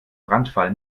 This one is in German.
brandfall